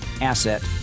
asset